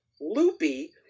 loopy